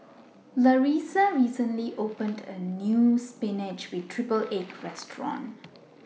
Larissa recently opened A New Spinach with Triple Egg Restaurant